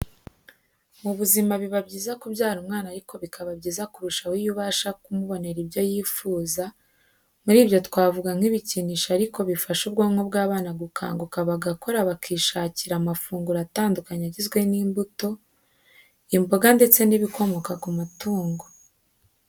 Mu buzima biba byiza kubyara umwana ariko bikaba byiza kurushaho iyo ubasha kumubonera ibyo yifuza, muri byo twavuga nk'ibikinisho ariko bifasha ubwonko bw'abana gukanguka bagakora bakishakira amafunguro atandukanye agizwe n'imbuto, imboga ndetse n'ibikomoka ku matungo.